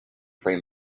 free